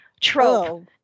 trope